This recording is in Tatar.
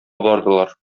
бардылар